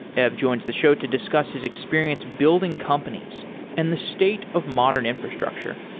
ev joins the show to discuss his experience building companies and the state of modern infrastructure.